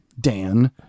Dan